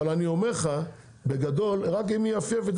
אבל אני אומר לך בגדול רק היא מיפייפת